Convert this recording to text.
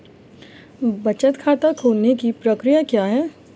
बचत खाता खोलने की प्रक्रिया क्या है?